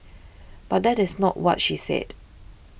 but that is not what she said